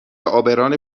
عابران